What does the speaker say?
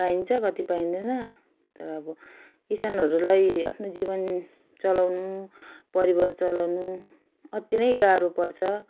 पाइन्छ कति पाइँदैन तर अब किसानहरूलाई आफ्नो जीवन चलाउनु परिवार चलाउनु अत्ति नै गाह्रो पर्छ